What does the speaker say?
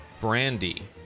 brandy